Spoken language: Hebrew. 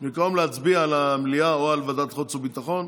במקום להצביע על מליאה או על ועדת חוץ וביטחון,